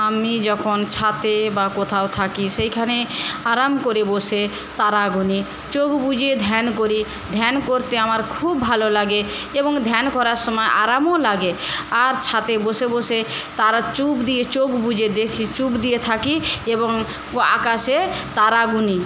আমি যখন ছাদে বা কোথাও থাকি সেইখানে আরাম করে বসে তারা গুনে চোখ বুজে ধ্যান করি ধ্যান করতে আমার খুব ভালো লাগে এবং ধ্যান করার সময় আরামও লাগে আর বসে বসে বসে তারা চুপ দিয়ে চোখ বুজে দেখি চুপ দিয়ে থাকি এবং আকাশে তারা গুনি